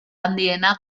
handiena